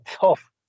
tough